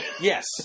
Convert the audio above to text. Yes